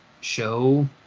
show